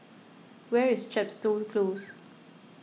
where is Chepstow Close